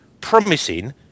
promising